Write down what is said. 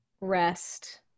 rest